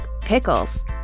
pickles